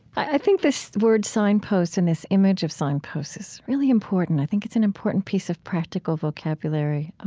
i think this word signpost and this image of signpost is really important. i think it's an important piece of practical vocabulary.